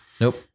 Nope